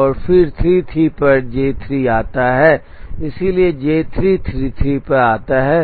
और फिर 33 पर J 3 आता है इसलिए J 3 33 पर आता है